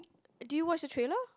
did you watch the trailer